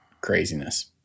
craziness